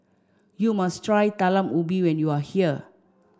you must try Talam Ubi when you are here